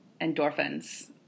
endorphins